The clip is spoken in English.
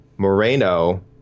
moreno